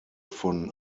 von